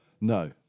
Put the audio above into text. No